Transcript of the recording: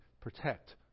protect